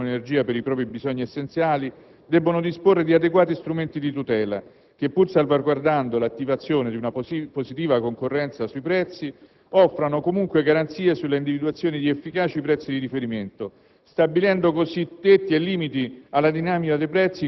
I clienti finali, primi tra tutti quelli domestici che utilizzano l'energia per i propri bisogni essenziali, debbono disporre di adeguati strumenti di tutela che, pur salvaguardando l'attivazione di una positiva concorrenza sui prezzi, offrano comunque garanzie sulla individuazione di efficaci prezzi di riferimento,